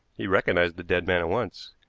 he recognized the dead man at once.